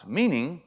meaning